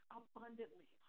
abundantly